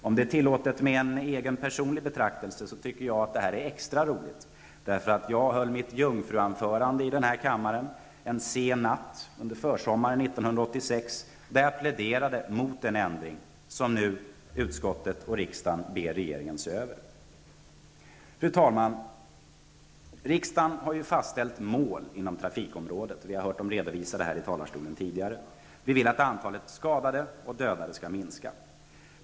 Om det är tillåtet med en personlig betraktelse så tycker jag att detta är extra roligt, eftersom jag höll mitt jungfrutal i denna kammare en sen natt under försommaren 1986, då jag pläderade mot den ändring som utskottet nu ber regeringen se över. Fru talman! Riksdagen har fastställt mål inom trafikområdet. Och vi har hört dem redovisas här i talarstolen tidigare. Vi vill att antalet skadade och dödade skall minska.